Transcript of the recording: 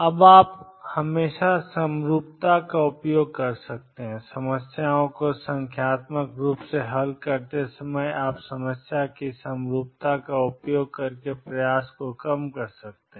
अब आप हमेशा समरूपता का उपयोग कर सकते हैं समस्याओं को संख्यात्मक रूप से हल करते समय आप समस्या की समरूपता का उपयोग करके प्रयास को कम कर सकते हैं